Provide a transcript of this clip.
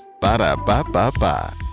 Ba-da-ba-ba-ba